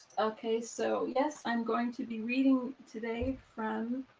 okay. so, yes, i'm going to be reading today from